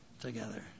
together